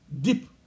deep